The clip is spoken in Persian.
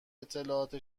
اطلاعات